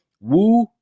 Woo